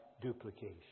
duplication